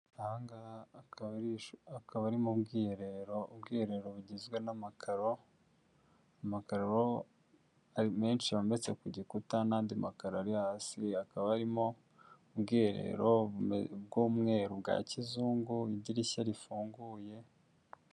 Aha ngaha akaba ari mu bwiherero, ubwiherero bugizwe n'amakaro, amakaro menshi yometse ku gikuta n'andi makaro ari hasi hakaba harimo ubwiherero bw'umweru bwa kizungu, idirishya rifunguye.